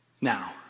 now